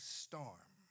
storm